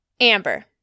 Amber